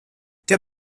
der